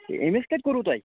أمِس کَتہِ کوٚروُ تۄہہِ